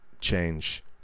change